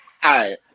hi